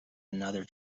another